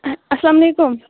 السلام علیکُم